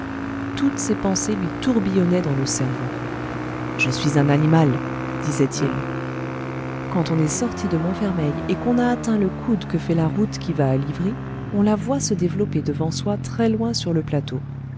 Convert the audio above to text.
toutes ces pensées lui tourbillonnaient dans le cerveau je suis un animal disait-il quand on est sorti de montfermeil et qu'on a atteint le coude que fait la route qui va à livry on la voit se développer devant soi très loin sur le plateau